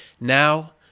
Now